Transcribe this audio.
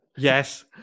Yes